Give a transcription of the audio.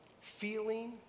feeling